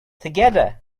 together